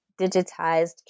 digitized